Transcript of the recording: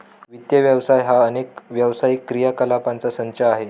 वित्त व्यवसाय हा अनेक व्यावसायिक क्रियाकलापांचा संच आहे